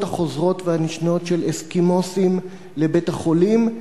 החוזרות והנשנות של אסקימוסים לבית-החולים".